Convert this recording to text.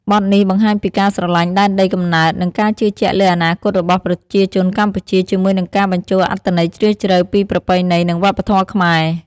បទនេះបង្ហាញពីការស្រឡាញ់ដែនដីកំណើត និងការជឿជាក់លើអនាគតរបស់ប្រជាជនកម្ពុជា ជាមួយនឹងការបញ្ចូលអត្ថន័យជ្រាលជ្រៅពីប្រពៃណី និងវប្បធម៌ខ្មែរ។